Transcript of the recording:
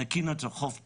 ניקינו את חוף דור.